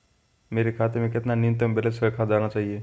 मेरे खाते में कितना न्यूनतम बैलेंस रखा जाना चाहिए?